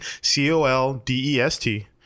C-O-L-D-E-S-T